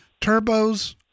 Turbos